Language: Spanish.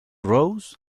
ross